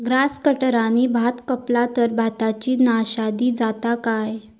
Grass कटराने भात कपला तर भाताची नाशादी जाता काय?